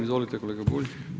Izvolite kolega Bulj.